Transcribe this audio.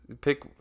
Pick